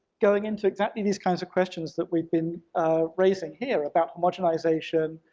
going into exactly these kinds of questions that we've been raising here about homogenization,